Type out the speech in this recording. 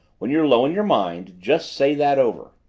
when you're low in your mind, just say that over!